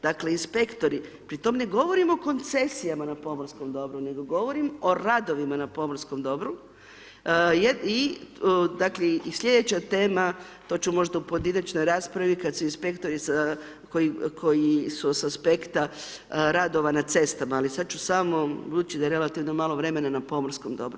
Dakle, inspektori, pri tome ne govorimo o koncesijama na pomorskom dobru, nego govorim o radovima na pomorskom dobru i dakle, slijedeća tema, to ću možda u pojedinačnoj raspravi, kada se inspektorica koji su sa aspekta radova na cestama, ali sada ću samo, budući da je relativno malo vremena, na pomorskom dobru.